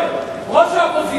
ראש האופוזיציה,